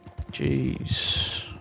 Jeez